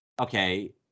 okay